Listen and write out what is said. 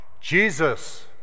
Jesus